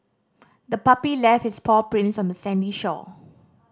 the puppy left its paw prints on the sandy shore